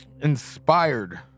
inspired